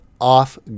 off